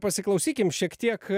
pasiklausykim šiek tiek